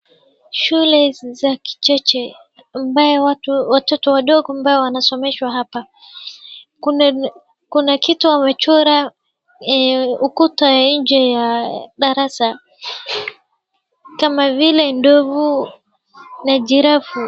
Shule za kichache ambayo watoto wadogo wanasomeshwa hapa kuna kitu wamechora ukuta ya nje ya darasa kama vile ndovu na girafu.